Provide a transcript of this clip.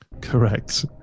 correct